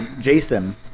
Jason